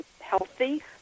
healthy